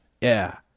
Yeah